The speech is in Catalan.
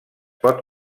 pot